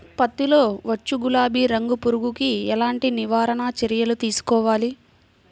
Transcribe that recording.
పత్తిలో వచ్చు గులాబీ రంగు పురుగుకి ఎలాంటి నివారణ చర్యలు తీసుకోవాలి?